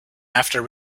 after